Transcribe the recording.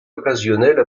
occasionnelle